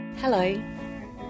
Hello